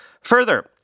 Further